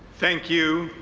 thank you,